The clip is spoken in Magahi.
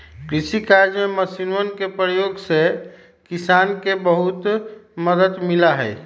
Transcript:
कृषि कार्य में मशीनवन के प्रयोग से किसान के बहुत मदद मिला हई